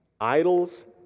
idols